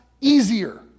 easier